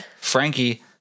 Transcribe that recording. Frankie